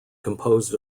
composed